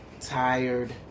tired